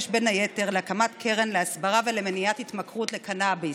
בין היתר להקמת קרן להסברה ולמניעת התמכרות לקנביס.